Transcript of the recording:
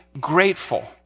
grateful